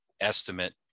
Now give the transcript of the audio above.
estimate